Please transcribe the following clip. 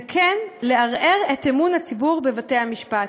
וכן, לערער את אמון הציבור בבתי-המשפט.